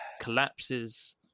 collapses